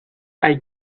hay